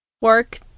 Work